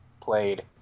played